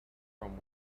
from